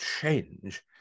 change